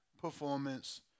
performance